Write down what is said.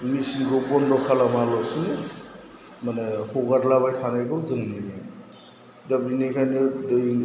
मेसिनखौ बन्द' खालामालासिनो माने हगारलाबाय थानायखौ जों नुयो दा बिनिखायनो दै